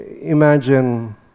Imagine